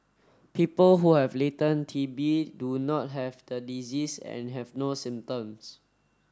people who have latent T B do not have the disease and have no symptoms